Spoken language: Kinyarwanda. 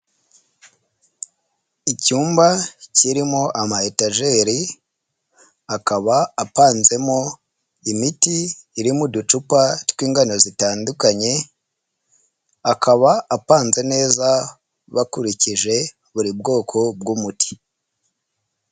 Icyumba kirimo ama etajeri, akaba apanzemo imiti iri mu ducupa tw'ingano zitandukanye, akaba apanze neza, bakurikije buri bwoko bw'umuti.